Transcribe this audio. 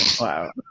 Wow